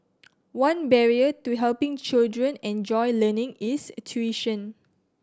one barrier to helping children enjoy learning is tuition